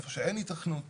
איפה שאין היתכנות